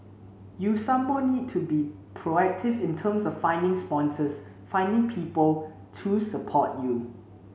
you some more need to be proactive in terms of finding sponsors finding people to support you